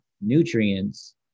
nutrients